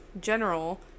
general